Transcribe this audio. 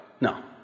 No